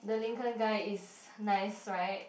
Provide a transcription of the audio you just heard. the Lincoln guy is nice [right]